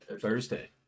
Thursday